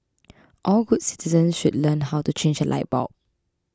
all good citizens should learn how to change a light bulb